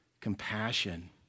compassion